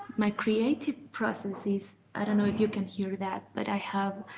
my creative processes i don't know if you can hear that, but i have.